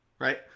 right